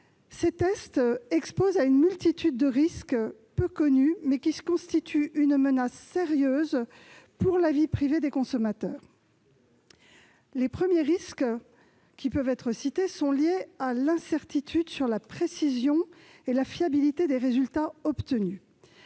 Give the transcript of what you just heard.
Ces tests exposent à une multitude de risques peu connus, qui constituent toutefois une menace sérieuse pour la vie privée des consommateurs. Les premiers risques qui peuvent être cités sont liés à l'incertitude sur la précision et la fiabilité des résultats obtenus.